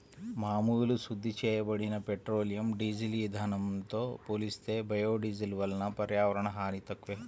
మామూలు శుద్ధి చేయబడిన పెట్రోలియం, డీజిల్ ఇంధనంతో పోలిస్తే బయోడీజిల్ వలన పర్యావరణ హాని తక్కువే